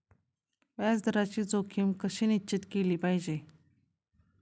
व्याज दराची जोखीम कशी निश्चित केली पाहिजे